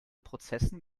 prozessen